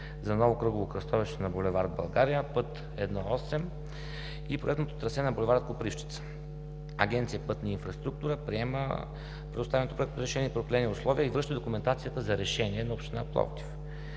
за ново кръгово кръстовище на бул. „България“, път I-8, и проектното трасе на бул. „Копривщица“. Агенция „Пътна инфраструктура“ приема предоставеното проектно решение при определени условия и връща документацията за решение на Община Пловдив.